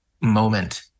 moment